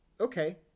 okay